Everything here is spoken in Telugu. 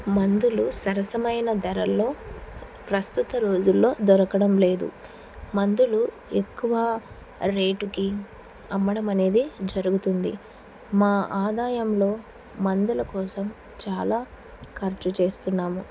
మందులు సరసమైన ధరల్లో ప్రస్తుత రోజుల్లో దొరకడం లేదు మందులు ఎక్కువ రేటుకి అమ్మడం అనేది జరుగుతుంది మా ఆదాయంలో మందుల కోసం చాలా ఖర్చు చేస్తున్నాము